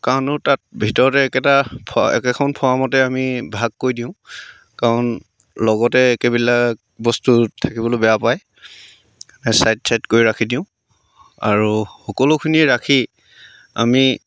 কাৰণেও তাত ভিতৰতে একেটা একেখন ফাৰ্মতে আমি ভাগ কৰি দিওঁ কাৰণ লগতে একেবিলাক বস্তু থাকিবলৈ বেয়া পায় চাইড চাইড কৰি ৰাখি দিওঁ আৰু সকলোখিনি ৰাখি আমি